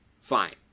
Fine